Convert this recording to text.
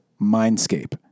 mindscape